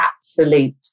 absolute